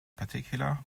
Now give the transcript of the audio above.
particular